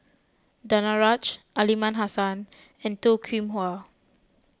Danaraj Aliman Hassan and Toh Kim Hwa